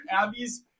Abby's